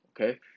Okay